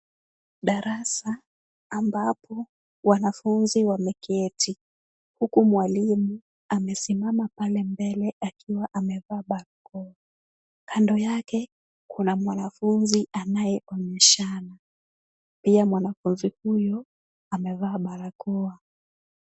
Darasa ambapo wanafunzi wameketi. Huku mwalimu amesimama pale mbele akiwa amevaa barakoa. Kando yake, kuna mwanafunzi anayeonyesha, pia mwanafunzi huyo amevaa barakoa.